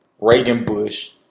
Reagan-Bush